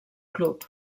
club